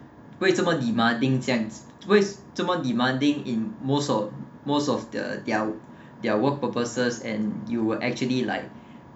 不会这么 demanding 这样子不会这么 demanding in most of the most of the their work purposes and you will actually like